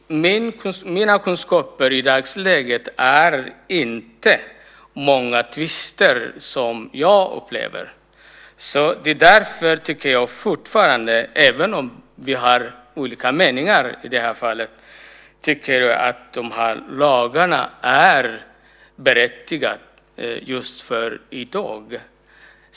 Fru talman! Mina kunskaper i dagsläget är inte att det är så många tvister. Därför tycker jag fortfarande - vi har olika meningar i det här fallet - att lagarna är berättigade just för i dag.